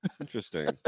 Interesting